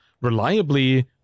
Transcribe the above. reliably